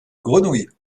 grenouille